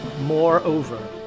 moreover